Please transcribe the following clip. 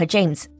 James